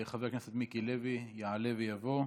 חבר הכנסת מיקי לוי יעלה ויבוא.